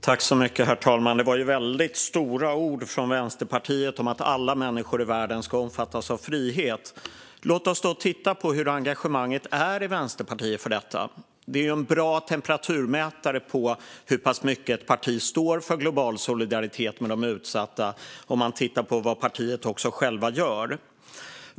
Herr talman! Det var stora ord från Vänsterpartiet om att alla människor i världen ska omfattas av frihet. Låt oss då titta på hur engagemanget är i Vänsterpartiet för detta. Det är en bra temperaturmätare på hur pass mycket ett parti står för global solidaritet med de utsatta om man tittar på vad partiet självt gör.